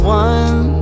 one